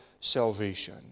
salvation